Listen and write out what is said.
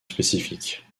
spécifique